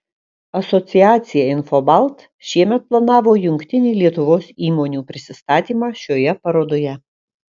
asociacija infobalt šiemet planavo jungtinį lietuvos įmonių prisistatymą šioje parodoje